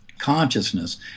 Consciousness